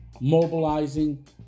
mobilizing